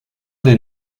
des